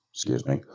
excuse me,